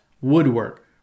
woodwork